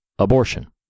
Abortion